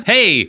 Hey